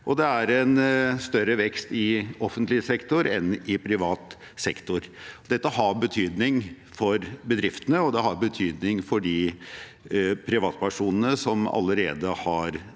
det er en større vekst i offentlig sektor enn i privat sektor. Dette har betydning for bedriftene, og det har betydning for de privatpersonene som allerede har